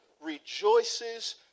rejoices